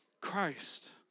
Christ